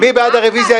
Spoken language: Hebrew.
מי בעד הרביזיה?